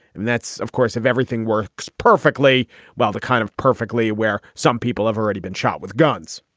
and that's, of course, if everything works perfectly well, the kind of perfectly where some people have already been shot with guns.